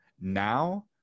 now